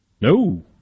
No